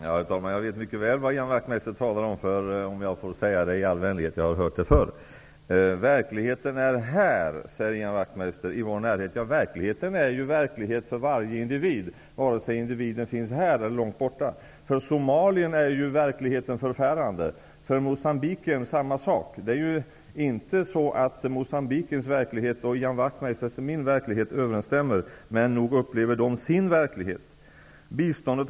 Herr talman! Jag vet mycket väl vad Ian Wachtmeister talar om. I all vänlighet: Jag har hört det förr! Vidare säger Ian Wachtmeister att verkligheten är här i vår närhet. Ja, verkligheten är ju verklighet för varje individ, vare sig individen finns här eller långt borta. För somaliern är verkligheten förfärande. Samma sak gäller moçambikiern. Moçambikierns, min och Ian Wachtmeisters verklighet stämmer inte överens. Men nog upplever somaliern och moçambikiern sin verklighet.